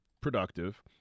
productive